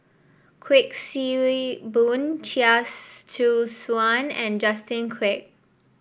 Kuik Swee Boon Chia Choo Suan and Justin Quek